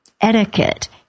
etiquette